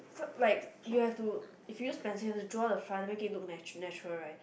so like you have to if you use pencil you have to draw the front to make it look nature natural right